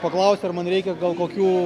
paklausė ar man reikia gal kokių